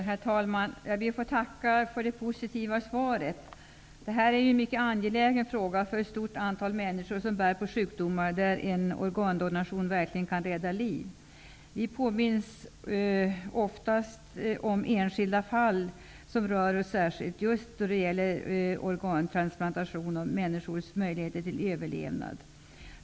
Herr talman! Jag ber att få tacka för det positiva svaret. Det gäller här en mycket angelägen fråga för ett stort antal människor som bär på sjukdomar där en organdonation verkligen kan rädda liv. Vi påminns ofta om enskilda fall som rör oss särskilt just då det gäller organtransplantation och människors möjligheter till överlevnad.